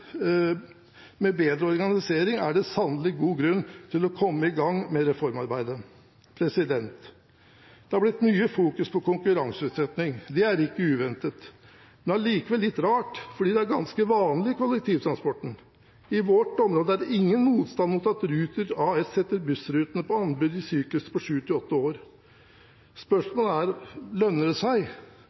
med bedre organisering, er det sannelig god grunn til å komme i gang med reformarbeidet. Det har blitt fokusert mye på konkurranseutsetting. Det er ikke uventet, men allikevel litt rart, for det er ganske vanlig i kollektivtransporten. I vårt område er det ingen motstand mot at Ruter AS setter bussrutene på anbud i sykluser på sju–åtte år. Spørsmålet er: Lønner det seg?